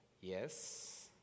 Yes